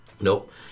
Nope